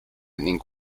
ning